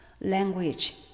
Language